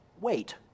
wait